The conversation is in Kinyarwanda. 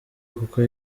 kuko